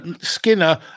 Skinner